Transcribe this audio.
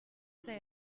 say